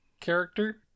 character